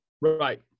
right